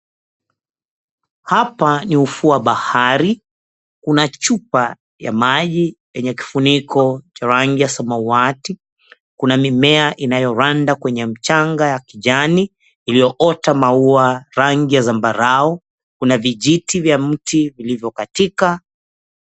Hapa ni ufuo wa bahari. Kuna chupa ya maji yenye kifuniko cha rangi ya samawati. Kuna mimea inayoranda kwenye mchanga ya kijani iliyoota maua rangi ya zambarau. Kuna vijiti vya mti vilivyokatika.